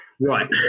Right